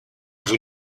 vous